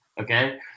okay